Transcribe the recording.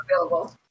available